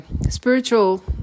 spiritual